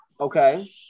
okay